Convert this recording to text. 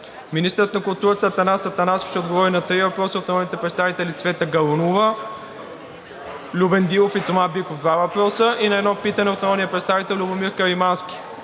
Министърът на културата Атанас Атанасов ще отговори на три въпроса от народните представители Цвета Галунова; и Любен Дилов и Тома Биков – два въпроса, и на едно питане от народния представител Любомир Каримански.